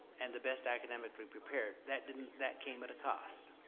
and the best academically prepared. that didn't that came at a cost